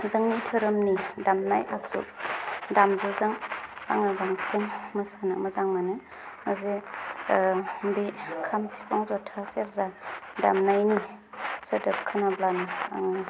जोंनि धोरोमनि दामनाय आगजु दामजुजों आङो बांसिन मोसानो मोजां मोनो जे बे खाम सिफुं जथा सेरजा दामनायनि सोदोब खोनाब्लानो आं